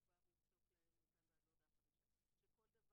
ההגדרה היא מאוד פתוחה ועמומה ומכניסה לתוכה הרבה סוגים של התנהגויות